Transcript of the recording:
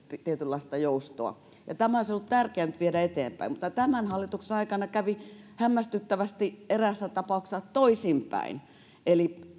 tietynlaista joustoa tätä olisi ollut tärkeä nyt viedä eteenpäin mutta tämän hallituksen aikana kävi hämmästyttävästi eräässä tapauksessa toisinpäin eli